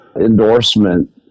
endorsement